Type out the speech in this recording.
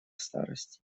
старости